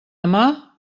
amar